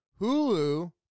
Hulu